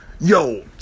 yo